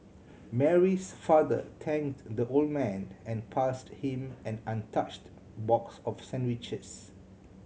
Mary's father thanked the old man and passed him an untouched box of sandwiches